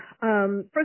first